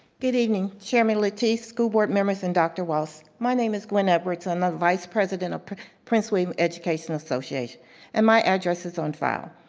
good evening chairman lateef, school board members, and dr. walt, my name is gwen edwards. i'm the vice president of prince william education association and my address is on file.